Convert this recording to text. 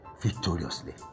victoriously